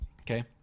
Okay